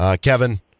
Kevin